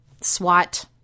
SWAT